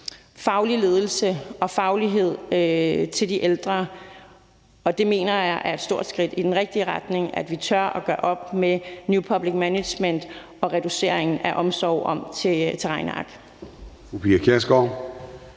faglig ledelse og faglighed i forhold til de ældre, og jeg mener, det er et stort skridt i den rigtige retning, at vi tør at gøre op med new public management og reduceringen af omsorg til regneark.